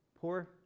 poor